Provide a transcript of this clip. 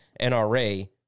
NRA